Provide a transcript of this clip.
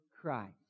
Christ